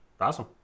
Awesome